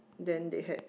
then they had